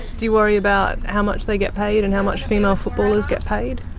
do you worry about how much they get paid and how much female footballers get paid?